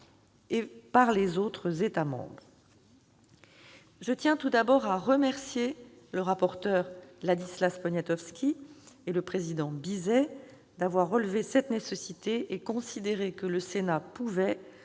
et par les autres États membres. Je tiens tout d'abord à remercier le rapporteur Ladislas Poniatowski et le président Jean Bizet d'avoir relevé cette nécessité et considéré que le Sénat pouvait,